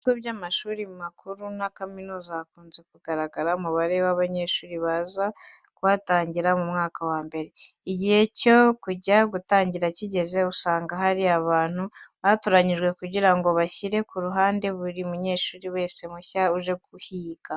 Mu bigo by'amashuri makuru na za kaminuza hakunze kugaragara umubare mwinshi w'abanyeshuri baza kuhatangira mu mwaka wa mbere. Iyo igihe cyo kujya gutangira kigeze, usanga haba hari abantu batoranyijwe kugira ngo bashyire ku rutonde buri munyeshuri wese mushya uje kuhiga.